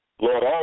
Lord